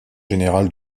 général